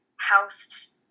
housed